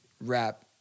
rap